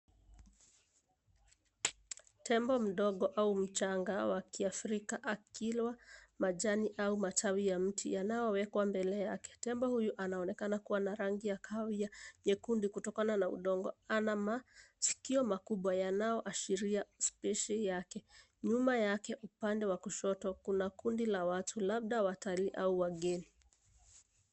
Tembo mdogo, au mchanga, wa kiafrika, akilwa majani, au matawi ya mti, yanaowekwa mbele yake. Tembo huyu anaonekana kuwa na rangi ya kahawia, nyekundu, kutokana na udongo. Ana masikio makubwa, yanaoashiria speshi yake. Nyuma yake, upande wa kushoto, kuna kundi la watu, labda watalii, au wageni.